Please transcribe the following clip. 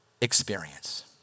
experience